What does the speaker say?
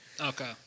Okay